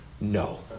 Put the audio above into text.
no